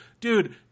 dude